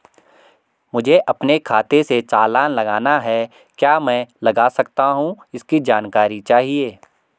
मुझे अपने खाते से चालान लगाना है क्या मैं लगा सकता हूँ इसकी जानकारी चाहिए?